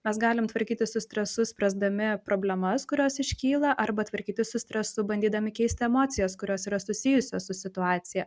mes galim tvarkytis su stresu spręsdami problemas kurios iškyla arba tvarkytis su stresu bandydami keisti emocijas kurios yra susijusios su situacija